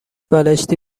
بالشتی